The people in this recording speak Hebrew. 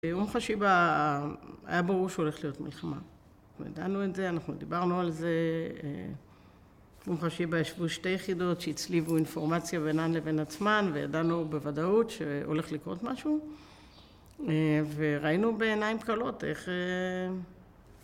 באום חשיבה היה ברור שהולך להיות מלחמה. אנחנו ידענו את זה, אנחנו דיברנו על זה. באום חשיבה ישבו שתי יחידות שהצליבו אינפורמציה בינן לבין עצמן, וידענו בוודאות שהולך לקרות משהו. וראינו בעיניים כלות איך...